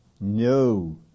No